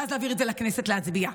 ואז להעביר את זה לכנסת להצביע.